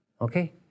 okay